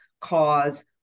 cause